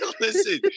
listen